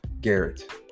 Garrett